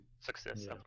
Success